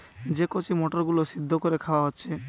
যে কচি মটর গুলো সিদ্ধ কোরে খাওয়া হচ্ছে